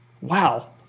Wow